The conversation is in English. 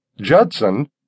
Judson